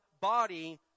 body